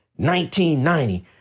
1990